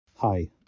Hi